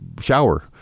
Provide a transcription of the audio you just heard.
shower